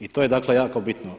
I to je dakle jako bitno.